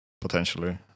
potentially